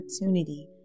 opportunity